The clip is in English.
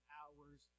hours